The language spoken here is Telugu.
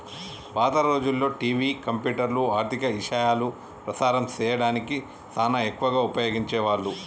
పాత రోజుల్లో టివి, కంప్యూటర్లు, ఆర్ధిక ఇశయాలు ప్రసారం సేయడానికి సానా ఎక్కువగా ఉపయోగించే వాళ్ళు